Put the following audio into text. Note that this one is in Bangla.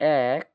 এক